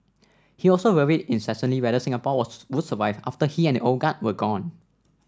he also worried incessantly whether Singapore would survive after he and the old guard were gone